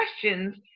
questions